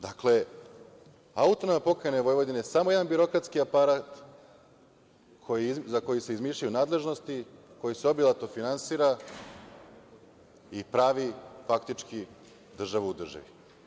Dakle, AP Vojvodina je samo jedan birokratski aparat za koje se izmišljaju nadležnosti, koji se obilato finansira i pravi, faktički, država u državi.